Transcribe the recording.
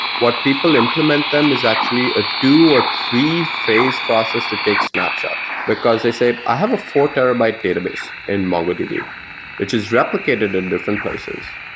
what people implement them is actually ah do a three phase process to take snapshots, because they say, i have a four terabyte database in mongodb, which is replicated in different places.